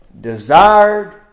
desired